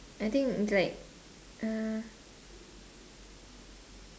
I think it's like uh